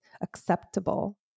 acceptable